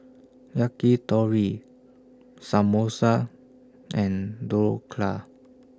Yakitori Samosa and Dhokla